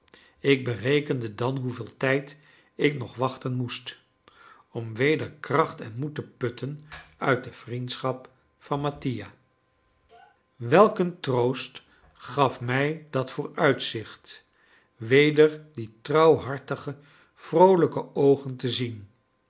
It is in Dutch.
ik berekende dan hoeveel tijd ik nog wachten moest om weder kracht en moed te putten uit de vriendschap van mattia welk een troost gaf mij dat vooruitzicht weder die trouwhartige vroolijke oogen te zien